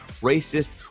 racist